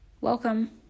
Welcome